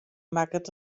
makket